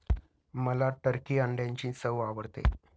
मला टर्की अंड्यांची चव आवडते